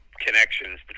connections